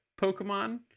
pokemon